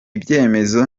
byemezo